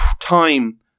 time